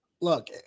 Look